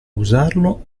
usarlo